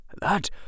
that